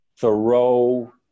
Thoreau